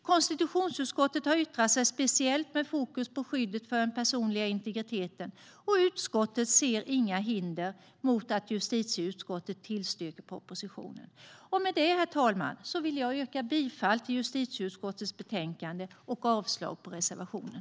Konstitutionsutskottet har yttrat sig speciellt med fokus på skyddet för den personliga integriteten, och utskottet ser inga hinder mot att justitieutskottet tillstyrker propositionen. Med det, herr talman, vill jag yrka bifall till justitieutskottets förslag och avslag på reservationen.